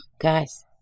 Guys